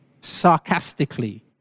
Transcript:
sarcastically